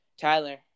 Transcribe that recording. Tyler